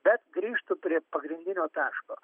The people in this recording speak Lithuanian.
bet grįžtu prie pagrindinio taško